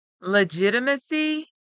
Legitimacy